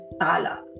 Tala